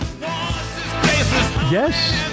Yes